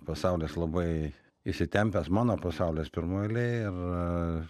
pasaulis labai įsitempęs mano pasaulis pirmoj eilėj ir